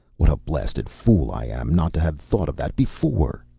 what a blasted fool i am not to have thought of that before!